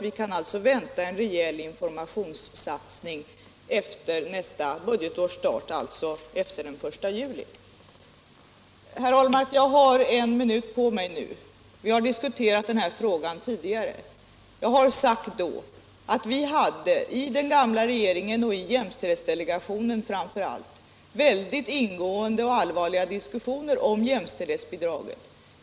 Vi kan alltså vänta en rejäl informationssatsning efter nästa budgetårs start, dvs. efter den 1 juli. Jag har en minut på mig nu, herr Ahlmark. Vi har diskuterat den här frågan tidigare. Jag har då sagt att vi i den gamla regeringen och i jämställdhetsdelegationen framför allt förde ingående och allvarliga diskussioner om jämställdhetsbidraget.